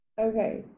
Okay